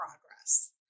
progress